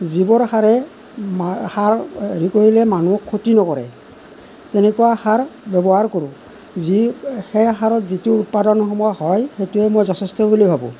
যিবোৰ সাৰে সাৰ খেতি কৰিলে মানুহক ক্ষতি নকৰে তেনেকুৱা সাৰ ব্যৱহাৰ কৰোঁ যি সেই সাৰত যিটো উৎপাদান সময় হয় সেয়াই মই যথেষ্ট বুলি ভাবোঁ